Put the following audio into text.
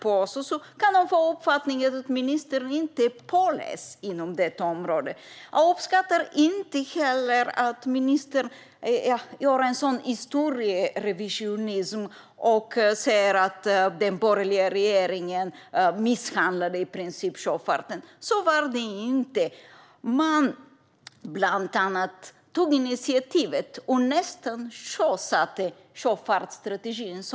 De kan få uppfattningen att ministern inte är påläst inom detta område. Jag uppskattar inte heller att ministern gör en sådan historierevidering som han gör när han säger att den borgerliga regeringen i princip misshandlade sjöfarten. Så var det inte. Bland annat tog man initiativet till och nästan sjösatte sjöfartsstrategin.